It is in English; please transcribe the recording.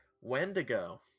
Wendigo